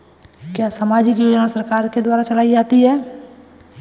क्या सामाजिक योजना सरकार के द्वारा चलाई जाती है?